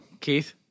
Keith